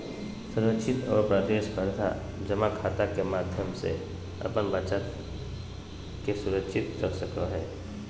सुरक्षित और प्रतिस्परधा जमा खाता के माध्यम से अपन बचत के सुरक्षित रख सको हइ